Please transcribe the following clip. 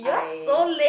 you are so lame